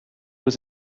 was